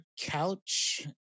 couch